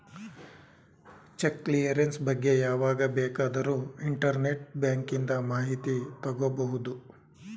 check clearance ಬಗ್ಗೆ ಯಾವಾಗ ಬೇಕಾದರೂ ಇಂಟರ್ನೆಟ್ ಬ್ಯಾಂಕಿಂದ ಮಾಹಿತಿ ತಗೋಬಹುದು